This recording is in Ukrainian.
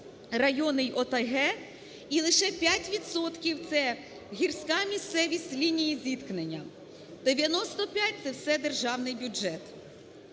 райони й ОТГ і лише 5 відсотків – це гірська місцевість лінії зіткнення; 95 – це все державний бюджет.